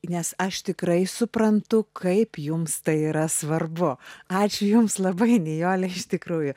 nes aš tikrai suprantu kaip jums tai yra svarbu ačiū jums labai nijole iš tikrųjų